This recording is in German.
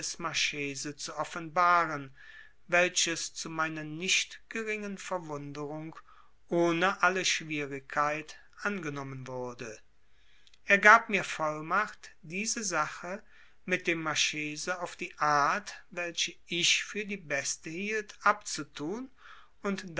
zu offenbaren welches zu meiner nicht geringen verwunderung ohne alle schwierigkeit angenommen wurde er gab mir vollmacht diese sache mit dem marchese auf die art welche ich für die beste hielt abzutun und